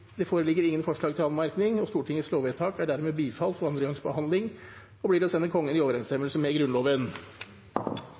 ingen forslag til anmerkning, og Stortingets lovvedtak er dermed bifalt ved andre gangs behandling og blir å sende Kongen i